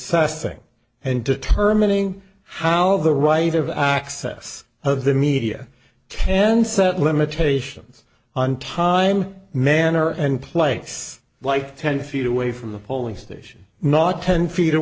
sing and determining how the right of access of the media can set limitations on time manner and place like ten feet away from the polling station not ten feet